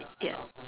ya